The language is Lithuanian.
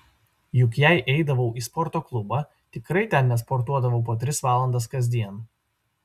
juk jei eidavau į sporto klubą tikrai ten nesportuodavau po tris valandas kasdien